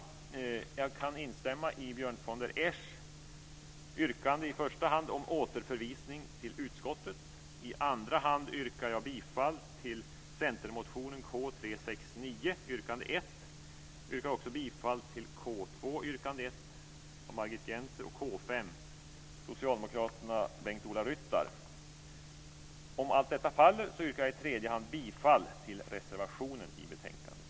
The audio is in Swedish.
Jag kan i första hand instämma i Björn von der Esch yrkande om återförvisning till utskottet. I andra hand yrkar jag bifall till Centermotionen K369 yrkande 1. Jag yrkar också bifall till K2 yrkande 1 av Margit Gennser och till K5 av Bengt Ola Ryttar. Om allt detta faller yrkar jag i tredje hand bifall till reservationen i betänkandet.